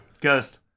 Ghost